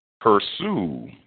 Pursue